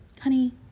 honey